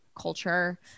culture